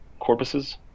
corpuses